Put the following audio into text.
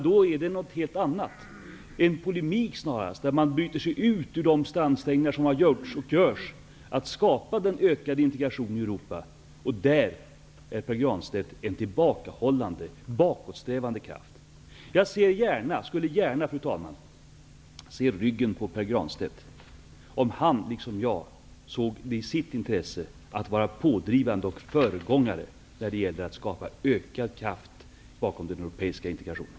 Då är det något helt annat, en polemik snarast, där man bryter sig ut ur de ansträngningar som har gjorts och görs att skapa ökad integration i Europa. Där är Pär Granstedt en tillbakahållande, en bakåtsträvande kraft. Jag skulle gärna, fru talman, se ryggen på Pär Granstedt, om han liksom jag såg det i sitt intresse att vara pådrivande och föregångare när det gäller att skapa ökad kraft bakom den europeiska integrationen.